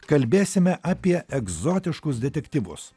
kalbėsime apie egzotiškus detektyvus